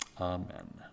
Amen